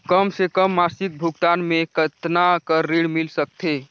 कम से कम मासिक भुगतान मे कतना कर ऋण मिल सकथे?